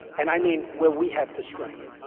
and i mean where we have the strength.